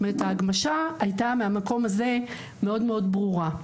ההגמשה היתה מהמקום הזה מאוד ברורה.